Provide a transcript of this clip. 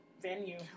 venue